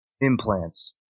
implants